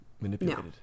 manipulated